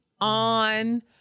on